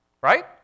right